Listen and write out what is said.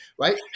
right